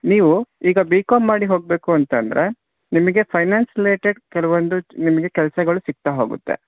ನೀವು ಈಗ B com ಮಾಡಿ ಹೋಗ್ಬೇಕು ಅಂತ ಅಂದರೆ ನಿಮಗೆ ಫೈನಾನ್ಸ್ ರಿಲೇಟೆಡ್ ಕೆಲವೊಂದು ನಿಮಗೆ ಕೆಲಸಗಳು ಸಿಕ್ತಾ ಹೋಗುತ್ತೆ